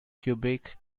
quebec